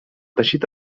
teixit